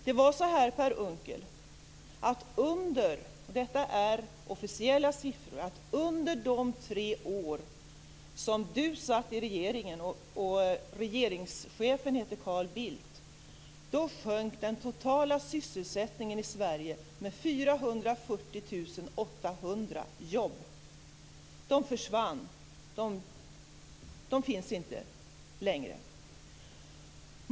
Det var så här - och detta är officiella siffror - att under de tre år som Per Unckel satt i regeringen och regeringschefen hette Carl Bildt sjönk den totala sysselsättningen i Sverige med 440 800 jobb. De försvann. De finns inte längre.